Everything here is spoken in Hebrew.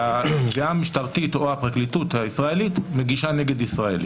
והתביעה המשטרתית או הפרקליטות הישראלית מגישה נגד ישראלים.